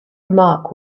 remark